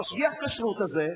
המשגיח-כשרות הזה,